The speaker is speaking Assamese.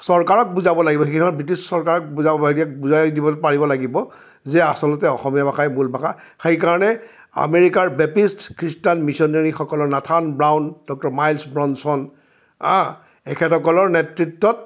চৰকাৰক বুজাব লাগিব সেইখিনি সময়ত ব্ৰিটিছ চৰকাৰক বুজাই দিব পাৰিব লাগিব যে আচলতে অসমীয়া ভাষাই মূল ভাষা সেইকাৰণে আমেৰিকাৰ বেপ্টিষ্ট খ্ৰীষ্টান মিছনেৰীসকলৰ Nathan Brown doctor Miles Bronson এখেতসকলৰ নেতৃত্বত